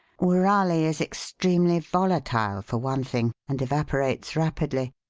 woorali is extremely volatile, for one thing, and evaporates rapidly.